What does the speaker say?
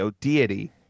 deity